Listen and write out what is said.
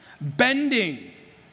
bending